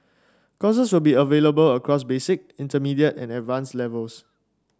courses will be available across basic intermediate and advance levels